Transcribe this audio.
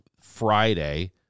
friday